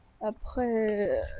après